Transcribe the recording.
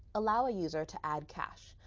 allow a user to add cash.